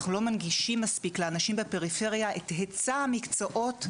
אנחנו לא מנגישים מספיק לאנשים בפריפריה את היצע המקצועות,